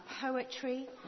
poetry